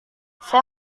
saya